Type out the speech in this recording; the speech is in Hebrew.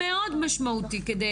אני לא יודעת לענות כרגע על השאלה הזאת.